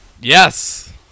yes